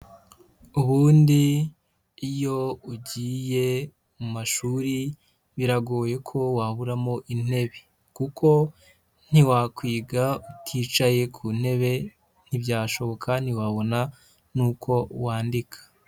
Ubundi iyo ugiye mu mashuri biragoye ko waburamo intebe kuko ntiwakwiga uticaye ku ntebe ntibyashoboka, ntiwabona n'uko wandika.